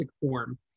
form